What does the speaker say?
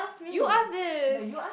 you ask this